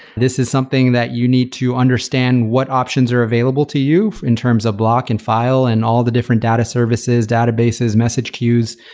this is something that you need to understand what options are available to you in terms of block and file and all the different data services, databases, message queues.